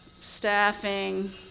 staffing